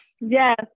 Yes